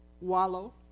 wallow